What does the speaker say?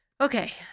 Okay